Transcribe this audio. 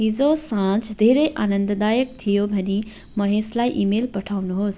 हिजो साँझ धेरै आनन्ददायक थियो भनी महेशलाई इमेल पठाउनुहोस्